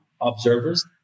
observers